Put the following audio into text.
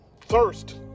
thirst